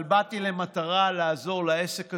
אבל באתי במטרה לעזור לעסק הזה,